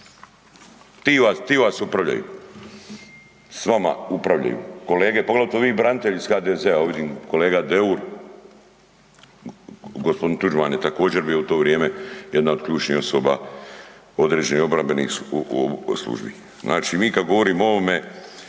je Šeks. Ti vas upravljaju, s vama upravljaju, kolege, poglavito vi branitelji iz HDZ-a, evo vidim kolega Deur, g. Tuđman je također bio u to vrijeme jedna od ključnih osoba određenih obrambenih .../Govornik se